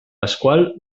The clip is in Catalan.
pasqual